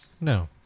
No